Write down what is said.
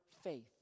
faith